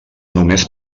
només